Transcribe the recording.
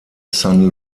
san